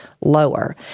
lower